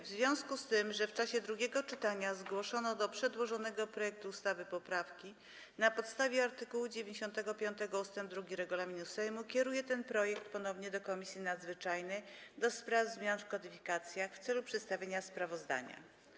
W związku z tym, że w czasie drugiego czytania zgłoszono do przedłożonego projektu ustawy poprawki, na podstawie art. 95 ust. 2 regulaminu Sejmu kieruję ten projekt ponownie do Komisji Nadzwyczajnej do spraw zmian w kodyfikacjach w celu przedstawienia sprawozdania.